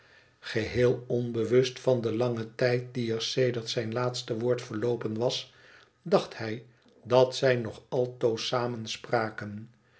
geheel onbewust van den langen tijd die er sedert zijn laatste woord verloopen was dacht hij dat zij nog altoos samen spraken